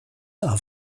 are